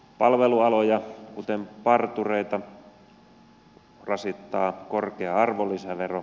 palvelualoja kuten partureita rasittaa korkea arvonlisävero